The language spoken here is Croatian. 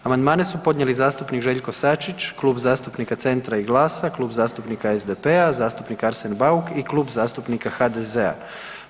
Amandmane su podnijeli zastupnik Željko Sačić, Klub zastupnika Centra i GLAS-a, Klub zastupnika SDP-a, zastupnik Arsen Bauk i Klub zastupnika HDZ-a.